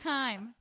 time